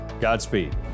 Godspeed